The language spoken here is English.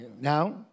now